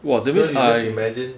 so you just imagine